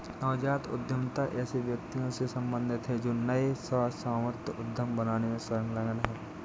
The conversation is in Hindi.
नवजात उद्यमिता ऐसे व्यक्तियों से सम्बंधित है जो नए सह स्वामित्व उद्यम बनाने में संलग्न हैं